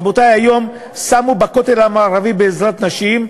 רבותי, היום שמו בכותל המערבי, בעזרת נשים,